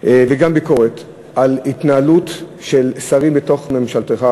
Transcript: וגם ביקורת על התנהלות של שרים בתוך ממשלתך